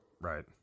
Right